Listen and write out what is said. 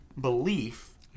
belief